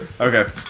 Okay